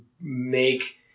make